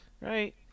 Right